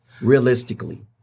Realistically